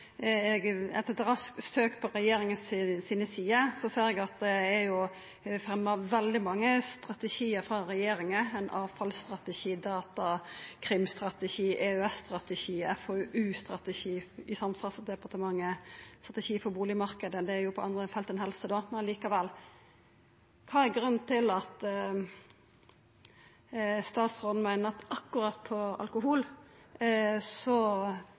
Eg sa i innlegget mitt at vi har ein strategi på tobakk, og etter eit raskt søk på regjeringa sine sider ser eg at det er fremja veldig mange strategiar frå regjeringa: ein avfallsstrategi, datakrimstrategi, EØS-strategi, FoU-strategi i Samferdselsdepartementet, strategi for bustadmarknaden – det er på andre felt enn helse, men likevel. Kva er grunnen til at statsråden meiner at akkurat på alkohol